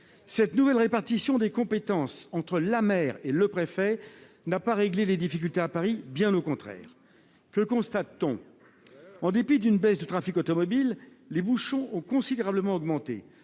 La nouvelle répartition des compétences entre la maire et le préfet n'a pas réglé les difficultés à Paris, bien au contraire. Que constate-t-on ? En dépit d'une baisse de trafic automobile, les bouchons ont considérablement augmenté.